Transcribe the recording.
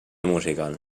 musical